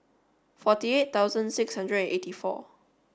forty eight thousand six hundred eighty four